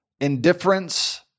indifference